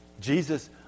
Jesus